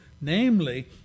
namely